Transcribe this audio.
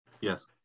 Yes